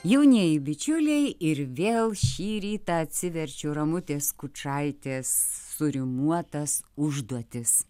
jaunieji bičiuliai ir vėl šį rytą atsiverčiu ramutės skučaitės surimuotas užduotis